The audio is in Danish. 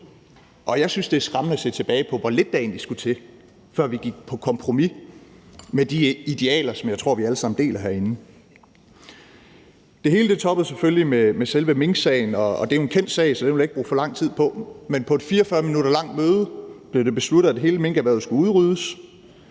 Jeg synes, det er skræmmende at se tilbage på, hvor lidt der egentlig skulle til, før vi gik på kompromis med de idealer, som jeg tror vi alle sammen deler herinde. Kl. 17:24 Det hele toppede selvfølgelig med selve minksagen, og det er jo en kendt sag, så det vil jeg ikke bruge så lang tid på, men på et 44 minutter langt møde blev det besluttet, at hele minkerhvervet skulle udryddes,